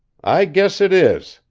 i guess it is!